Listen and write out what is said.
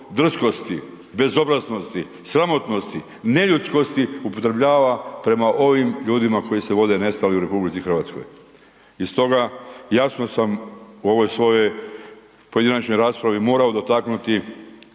drskosti, bezobraznosti, sramotnosti, neljudskosti upotrebljava prema ovim ljudima koji se vode nestali u RH. I stoga, jasno sam u ovoj svojoj pojedinačnoj raspravi morao dotaknuti